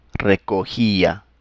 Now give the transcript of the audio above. recogía